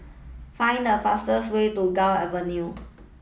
find the fastest way to Gul Avenue